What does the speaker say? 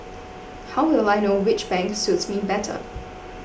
how will I know which bank suits me better